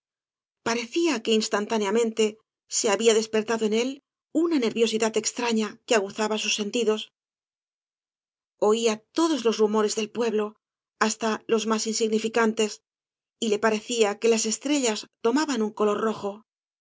parecía que instantáneamente se había despertado en él una nerviosidad extrafia que aguzaba sus sentidos oía todos los rumores del pueblo hasta los más insignificantes y le pa recia que las estrellas tomaban un color rojo